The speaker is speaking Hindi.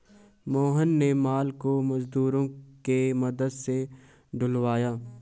मोहन ने माल को मजदूरों के मदद से ढूलवाया